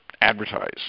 advertise